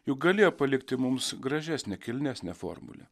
juk galėjo palikti mums gražesnę kilnesnę formulę